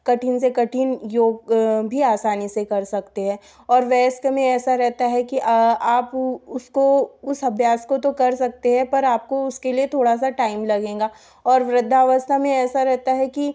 कठिन से कठिन योग भी आसानी से कर सकते है और व्यस्क में ऐसा रहता है कि आप उसको उस अभ्यास को तो कर सकते हैं पर आपको उसके लिए थोड़ा सा टाइम लगेगा और वृद्धावस्था में ऐसा रहता है कि